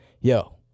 Yo